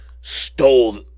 stole